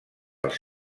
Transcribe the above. els